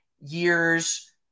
years